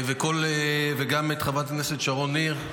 גם את חברת הכנסת שרון ניר,